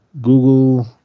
Google